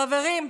חברים,